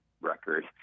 record